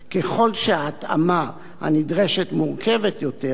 ככל שההתאמה הנדרשת מורכבת יותר,